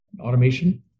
Automation